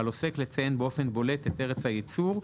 על עוסק לציין באופן בולט את ארץ הייצור;".